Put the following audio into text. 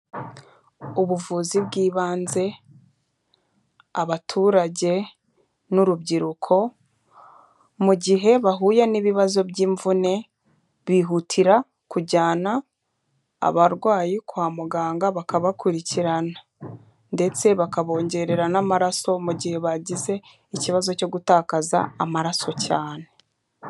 Ubuvuzi bw'ibanze abaturage n'urubyiruko mu gihe bahuye n'ibibazo by'imvune bihutira kujyana abarwayi kwa muganga bakabakurikirana ndetse bakabongerera n'amaraso mu gihe bagize ikibazo cyo gutakaza amaraso cyane.